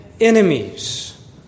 enemies